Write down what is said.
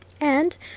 And